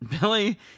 Billy